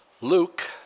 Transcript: Luke